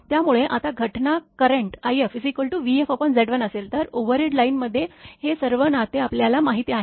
त्यामुळे आता घटना करेंटट if vfZ1असेल तर ओव्हरहेड लाईनमध्ये हे सर्व नाते आपल्याला माहीत आहे